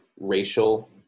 racial